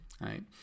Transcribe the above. right